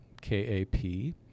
K-A-P